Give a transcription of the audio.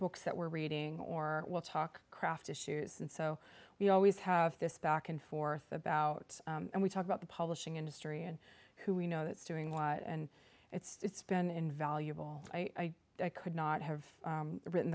books that we're reading or we'll talk craft issues and so we always have this back and forth about and we talk about the publishing industry and who we know that's doing what and it's been invaluable i could not have written